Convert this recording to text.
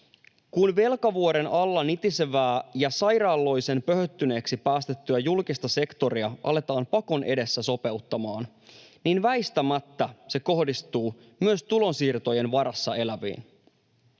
Kun velkavuoren alla nitisevää ja sairaalloisen pöhöttyneeksi päästettyä julkista sektoria aletaan pakon edessä sopeuttamaan, niin väistämättä se kohdistuu myös tulonsiirtojen varassa eläviin.